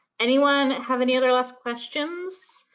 anyone have any other last questions?